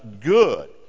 good